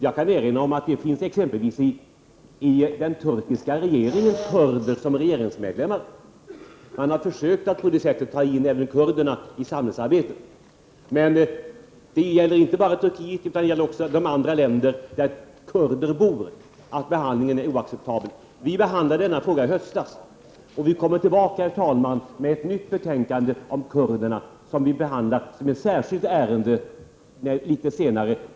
Jag kan erinra om att det i exempelvis den turkiska regeringen finns kurder som regeringsmedlemmar. Man har försökt att på det sättet ta in även kurderna i samhällsarbetet. Men behandlingen av kurder är oacceptabel inte bara i Turkiet utan även i andra länder där kurder bor. Vi behandlade denna fråga i riksdagen i höstas, och vi kommer tillbaka, herr talman, med ett nytt betänkande om kurderna som vi skall behandla som ett särskilt ärende litet senare.